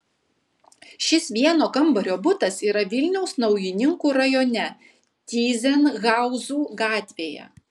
šis vieno kambario butas yra vilniaus naujininkų rajone tyzenhauzų gatvėje